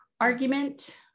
argument